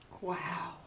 Wow